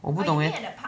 我不懂 leh